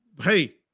hey